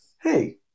hey